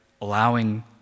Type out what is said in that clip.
allowing